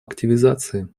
активизации